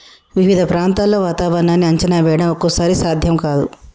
వివిధ ప్రాంతాల్లో వాతావరణాన్ని అంచనా వేయడం ఒక్కోసారి సాధ్యం కాదు